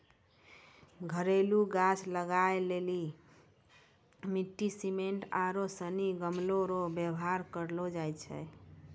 घरेलू गाछ लगाय लेली मिट्टी, सिमेन्ट आरू सनी गमलो रो वेवहार करलो जाय छै